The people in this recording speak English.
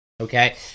Okay